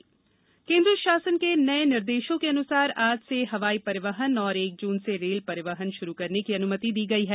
ticket e pass केन्द्र शासन के नए निर्देशों के अन्सार आज से हवाई परिवहन और एक जून से रेल परिवहन प्रारंभ करने की अन्मति दी गई है